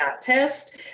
test